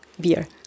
Beer